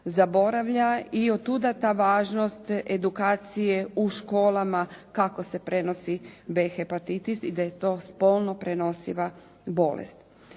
zaboravlja i od tuda ta važnost edukacije u školama kako se prenosi B hepatitis i da je to spolno prenosiva bolest.